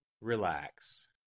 Relax